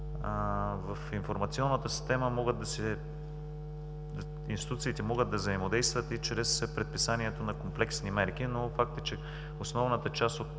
В информационната система институциите могат да взаимодействат и чрез предписанието на комплексни мерки, но факт е, че основната част от